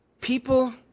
people